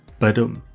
ba-dum.